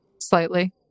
slightly